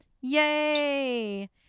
Yay